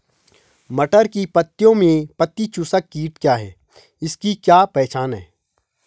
मटर की पत्तियों में पत्ती चूसक कीट क्या है इसकी क्या पहचान है?